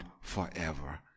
forever